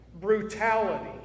brutality